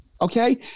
Okay